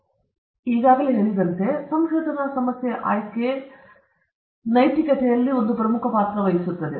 ನಾನು ಈಗಾಗಲೇ ಹೇಳಿದಂತೆ ಆರಂಭದಿಂದಲೇ ಸಂಶೋಧನಾ ಸಮಸ್ಯೆಯ ಆಯ್ಕೆ ನೈತಿಕತೆಗಳು ಒಂದು ಪ್ರಮುಖ ಪಾತ್ರ ವಹಿಸುತ್ತದೆ